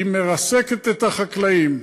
היא מרסקת את החקלאים.